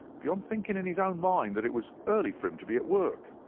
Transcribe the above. beyond thinking in his own mind that it was early for him to be at work.